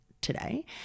today